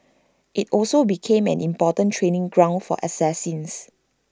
IT also became an important training ground for assassins